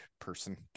person